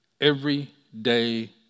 everyday